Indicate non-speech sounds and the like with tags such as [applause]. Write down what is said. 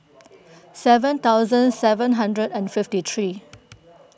[noise] seven thousand seven hundred and fifty three